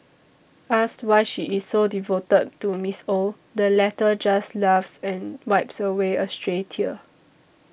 asked why she is so devoted to Miss Ow the latter just laughs and wipes away a stray tear